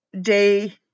day